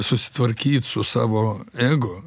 susitvarkyt su savo ego